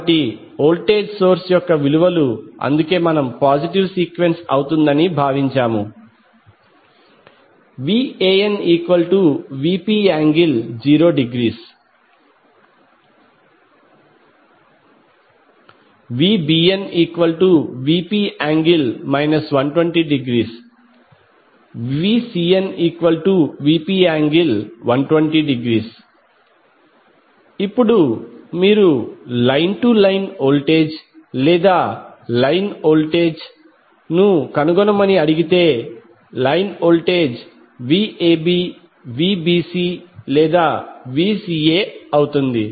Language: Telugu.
కాబట్టి వోల్టేజ్ సోర్స్ యొక్క విలువలు అందుకే మనం పాజిటివ్ సీక్వెన్స్ అవుతుందని భావించాము VanVp∠0° VbnVp∠ 120° VcnVp∠120° ఇప్పుడు మీరు లైన్ టు లైన్ వోల్టేజ్ లేదా లైన్ వోల్టేజ్ ను కనుగొనమని అడిగితే లైన్ వోల్టేజ్ Vab Vbc లేదాVca అవుతుంది